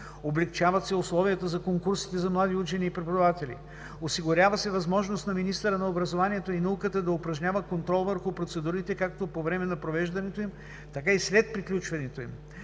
Облекчават се условията за конкурсите за млади учени и преподаватели. Осигурява се възможност на министъра на образованието и науката да упражнява контрол върху процедурите – както по време на провеждането им, така и след приключването им.